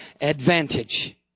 advantage